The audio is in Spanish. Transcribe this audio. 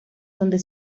donde